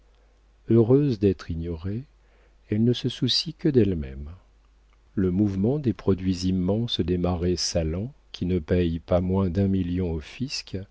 heureuse d'être ignorée elle ne se soucie que d'elle-même le mouvement des produits immenses des marais salants qui ne paient pas moins d'un million